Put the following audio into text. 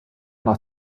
nach